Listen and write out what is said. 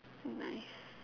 nice